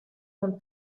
von